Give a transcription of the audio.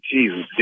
Jesus